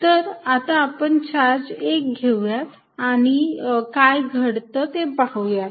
तर आता आपण चार्ज 1 घेऊयात आणि काय घडतं ते पाहूयात